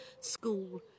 school